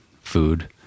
food